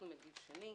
אנחנו מגיב שני.